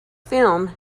film